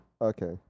Okay